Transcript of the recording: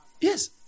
yes